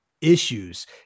issues